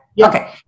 Okay